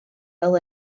fel